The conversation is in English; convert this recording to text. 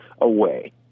away